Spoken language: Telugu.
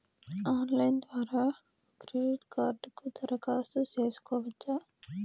ఆన్లైన్ ద్వారా క్రెడిట్ కార్డుకు దరఖాస్తు సేసుకోవచ్చా?